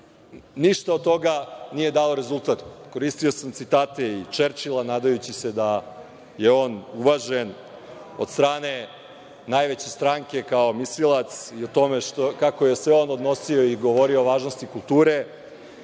ništa od toga nije dalo rezultat. Koristio sam citate i Čerčila, nadajući se da je on uvažen od strane najveće stranke kao mislilac i o tome kako se on odnosio i govorio o važnosti kulture,